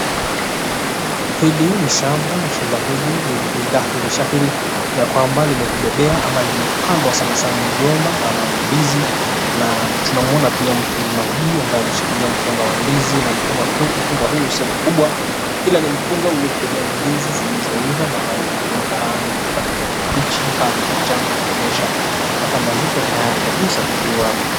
Hili ni shamba, na shamba hili ni dhahiri shahiri ya kwamba limekubebea, ama limepandwa sana sana migomba, ama ndinzi. Na tunamuona pia mkulima huyu ambaye ameshikilia mkunga wa ndizi, na mkunga huu si mkubwa, ila ni mkunga uliokubebea ndizi zilizoiva maana, zimegeuka rangi kutoka kijani kibichi hadi manjano. Kuonyesha ya kwamba zipo tayari kabisa kuliwa.